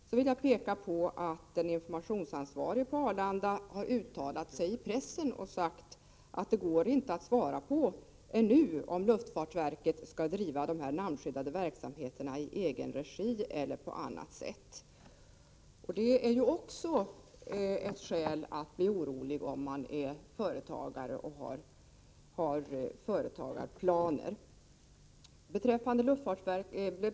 Jag vill peka på att den informationsansvarige på Arlanda har uttalat sig i pressen och sagt att det går ännu inte att svara på om luftfartsverket skall driva de namnskyddade verksamheterna i egenregi eller på annat sätt. Det är ju också ett skäl att bli orolig, om man är företagare och har företagarplaner.